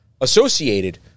associated